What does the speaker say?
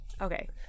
Okay